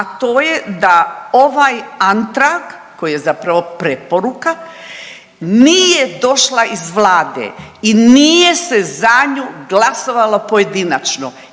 a to je da ovaj Antrag koji je zapravo preporuka nije došla iz vlade i nije se za nju glasovalo pojedinačno